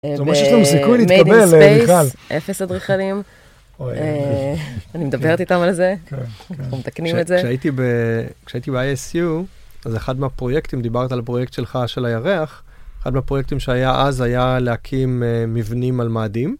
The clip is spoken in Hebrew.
זאת אומרת שיש לנו סיכוי להתקבל בכלל. MADE IN SPACE אפס אדריכלים. אני מדברת איתם על זה, אנחנו מתקנים את זה. כשהייתי ב-ISU, אז אחד מהפרויקטים, דיברת על פרויקט שלך של הירח, אחד מהפרויקטים שהיה אז היה להקים מבנים על מאדים.